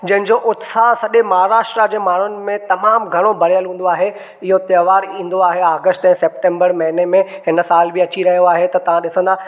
जंहिंजो उत्साह सॼे महाराष्ट्र जे माण्हुनि में तमामु घणो भरियल हूंदो आहे इहो त्योहार ईंदो आहे आगस्ट ऐं सैप्टेंबर महीने में हिन साल बि अची रहियो आहे त तव्हां ॾिसंदा